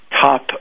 top